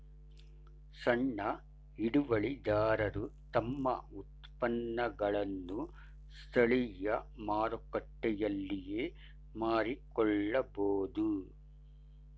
ಸಣ್ಣ ಹಿಡುವಳಿದಾರರು ತಮ್ಮ ಉತ್ಪನ್ನಗಳನ್ನು ಸ್ಥಳೀಯ ಮಾರುಕಟ್ಟೆಯಲ್ಲಿಯೇ ಮಾರಿಕೊಳ್ಳಬೋದು